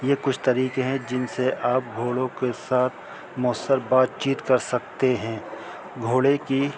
یہ کچھ طریقے ہیں جن سے آپ گھوڑوں کے ساتھ مؤثر بات چیت کر سکتے ہیں گھوڑے کی